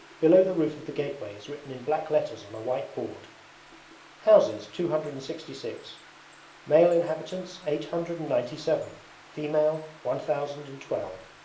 below the roof of the gateway is written in black letters on a white board houses two hundred and sixty six male inhabitants eight hundred and ninety seven female one thousand and twelve